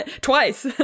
twice